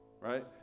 Right